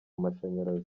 amashanyarazi